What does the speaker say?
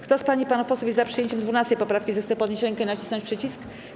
Kto z pań i panów posłów jest za przyjęciem 12. poprawki, zechce podnieść rękę i nacisnąć przycisk.